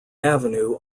avenue